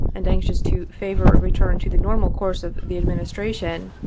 and anxious to favor a return to the normal course of the administration,